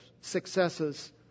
successes